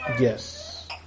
Yes